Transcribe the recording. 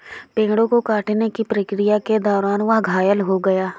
पेड़ों को काटने की प्रक्रिया के दौरान वह घायल हो गया